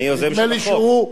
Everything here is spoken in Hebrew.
אני היוזם של החוק.